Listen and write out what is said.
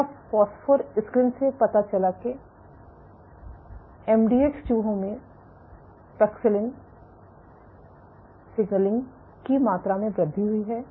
तब phosphor screen से पता चला कि एमडीएक्स चूहों में पैक्सिलिन सिग्नलिंग की मात्रा में वृद्धि हुई है